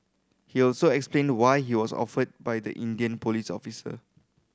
he also explained why he was offended by the Indian police officer